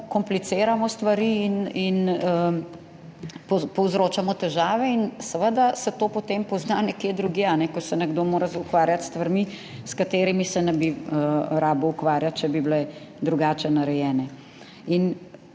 kompliciramo stvari in povzročamo težave in seveda se to potem pozna nekje drugje, a ne, ko se nekdo mora ukvarjati s stvarmi, s katerimi se ne bi rabil ukvarjati, če bi bile drugače narejene.